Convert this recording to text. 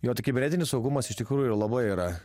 jo tai kibernetinis saugumas iš tikrųjų labai yra